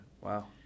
Wow